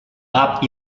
cap